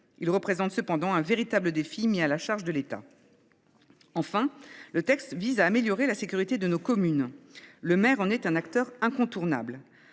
Elle représente cependant un véritable défi mis à la charge de l’État. Enfin, le texte vise à améliorer la sécurité de nos communes. Le maire en est un acteur incontournable.